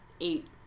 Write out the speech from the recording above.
eight